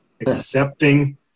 accepting